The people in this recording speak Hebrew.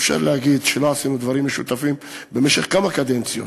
אי-אפשר להגיד שלא עשינו דברים משותפים במשך כמה קדנציות.